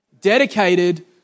Dedicated